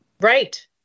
Right